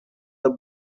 the